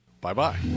Bye-bye